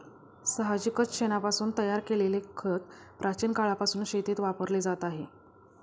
साहजिकच शेणापासून तयार केलेले खत प्राचीन काळापासून शेतीत वापरले जात आहे